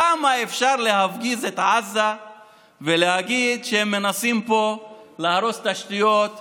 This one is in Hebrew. כמה אפשר להפגיז את עזה ולהגיד שהם מנסים פה להרוס תשתיות לחמאס?